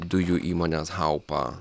dujų įmonės haupa